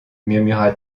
murmura